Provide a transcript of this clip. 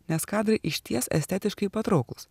nes kadrai išties estetiškai patrauklūs